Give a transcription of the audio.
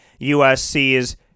USC's